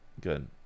good